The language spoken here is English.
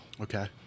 Okay